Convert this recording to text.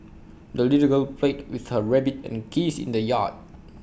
the little girl played with her rabbit and geese in the yard